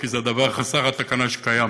כי זה הדבר חסר התקנה שקיים.